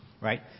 right